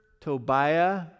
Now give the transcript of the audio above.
Tobiah